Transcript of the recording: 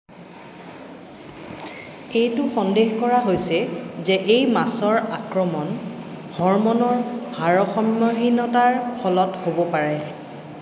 এইটো সন্দেহ কৰা হৈছে যে এই মাছৰ আক্ৰমণ হৰম'নৰ ভাৰসাম্যহীনতাৰ ফলত হ'ব পাৰে